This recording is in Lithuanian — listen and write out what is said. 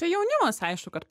tai jaunimas aišku kad